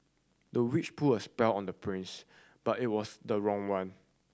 the witch put a spell on the prince but it was the wrong one